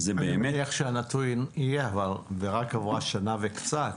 אני מניח שהנתון יהיה וכבר עברה שנה וקצת.